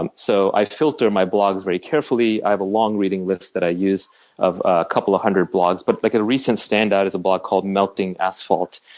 um so i filter my blogs very carefully. i have a long reading list that i use of a couple hundred blogs. but like a recent standout is a blog called melting asphalt.